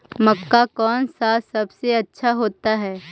मक्का कौन सा सबसे अच्छा होता है?